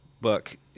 book